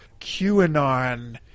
QAnon